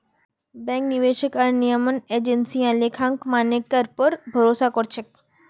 bank, निवेशक आर नियामक एजेंसियां लेखांकन मानकेर पर भरोसा कर छेक